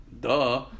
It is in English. duh